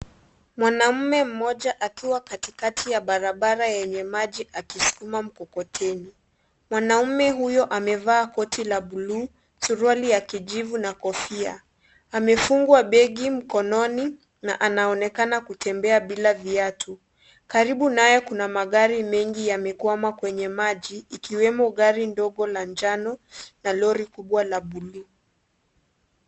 Mwanaume mmoja, akiwa katikati barabara yenye maji, ikisukuma mkokoteni. Mwanaume huyo amevaa koti la blue , suruali ya kijivu na kofia. Amefungwa begi mkononi na anaonekana kutembea bila viatu. Karibu naye kuna magari mengi yamekwama kwenye maji, ikiwemo gari ndogo la njano na lori kubwa la blue .